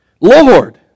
Lord